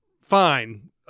fine